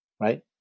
right